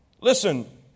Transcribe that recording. Listen